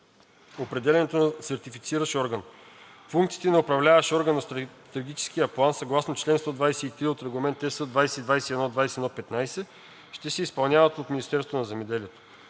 определянето на сертифициращ орган. Функциите на Управляващ орган на Стратегическия план, съгласно чл. 123 от Регламент (ЕС) 2021/2115, ще се изпълняват от Министерство на земеделието.